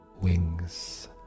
wings